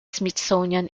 smithsonian